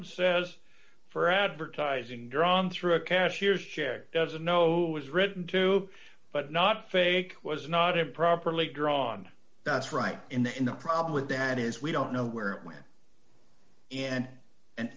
says for advertising drawn through a cashier's check doesn't know was written to but not fake was not improperly drawn that's right in the in the problem with that is we don't know where it went in and a